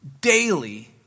daily